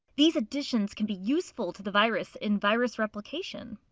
these additions can be useful to the virus in virus replication.